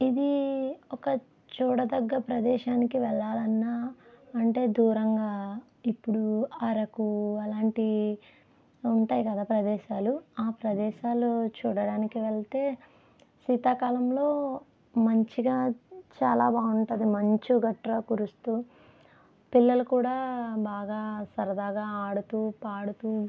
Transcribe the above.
ఇది ఒక్క చూడదగ్గ ప్రదేశానికి వెళ్ళాలన్నా అంటే దూరంగా ఇప్పుడు అరకు అలాంటివి ఉంటాయి కదా ప్రదేశాలు ఆ ప్రదేశాలు చూడటానికి వెళితే శీతాకాలంలో మంచిగా చాలా బాగుంటుంది మంచు కట్రా కురుస్తూ పిల్లలు కూడా బాగా సరదాగా ఆడుతూ పాడుతూ